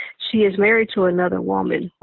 she is married to another woman.